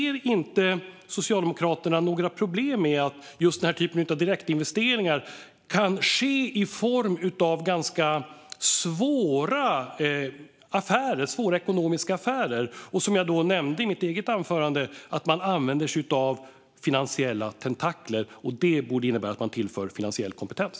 Ser inte Socialdemokraterna några problem med att denna typ av direktinvesteringar kan ske i form av ganska svåra ekonomiska affärer och, som jag nämnde i mitt anförande, att de använder sig av finansiella tentakler? Det borde innebära att man tillför finansiell kompetens.